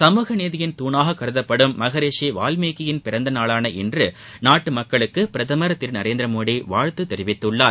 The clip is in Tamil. சமூக நீதியின் துணாக கருதப்படும் மகரிஷி வால்மீகி பிறந்தநாளான இன்று நாட்டு மக்களுக்கு பிரதமர் திரு நரேந்திரமோடி வாழ்த்து தெரிவித்துள்ளார்